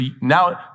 now